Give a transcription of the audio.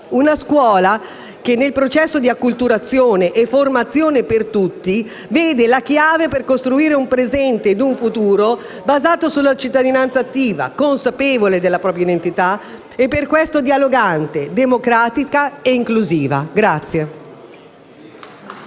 una scuola che, nel processo di acculturazione e formazione per tutti, vede la chiave per costruire un presente e un futuro basato sulla cittadinanza attiva, consapevole della propria identità e per questo dialogante, democratica e inclusiva.